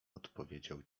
odpowiedział